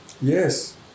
Yes